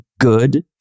good